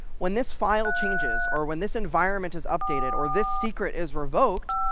when this file changes, or when this environment is updated, or this secret is revoked,